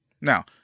Now